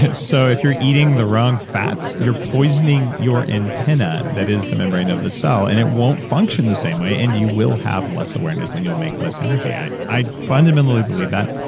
so if you're eating the wrong fats, you're poisoning your antenna that is the membrane of the cell, and it won't function the same way, and you will have less awareness and you'll make less energy. i i fundamentally believe that.